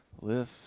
Lift